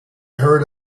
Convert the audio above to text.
heard